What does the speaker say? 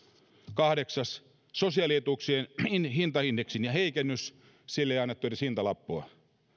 kahdeksan sosiaalietuuksien hintaindeksin heikennys sille ei annettu edes hintalappua